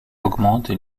augmente